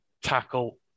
tackle